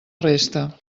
resta